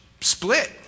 split